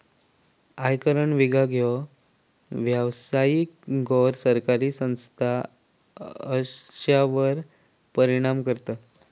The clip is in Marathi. आयकर विभाग ह्यो व्यावसायिक, गैर सरकारी संस्था अश्यांवर परिणाम करता